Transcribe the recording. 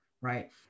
right